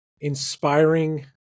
inspiring